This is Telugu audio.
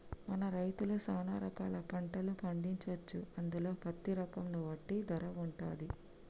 మన రైతులు సాన రకాల పంటలు పండించొచ్చు అందులో పత్తి రకం ను బట్టి ధర వుంటది